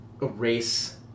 erase